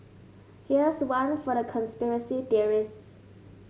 here's one for the conspiracy theorists